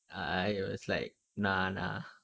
I was like nah~ nah~